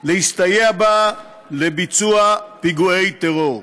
להסתייע בה לביצוע פיגועי טרור.